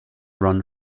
run